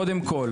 קודם כול,